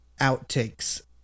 outtakes